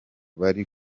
bari